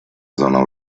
zona